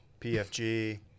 PFG